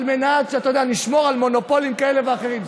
מנת שנשמור על מונופולים כאלה ואחרים.